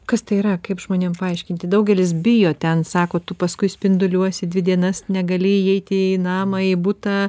kas tai yra kaip žmonėm paaiškinti daugelis bijo ten sako tu paskui spinduliuosi dvi dienas negali įeiti į namą į butą